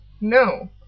No